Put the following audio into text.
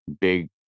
big